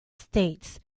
states